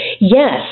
Yes